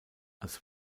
als